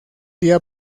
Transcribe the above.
día